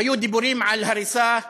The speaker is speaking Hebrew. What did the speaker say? היו דיבורים על הריסה במע'אר,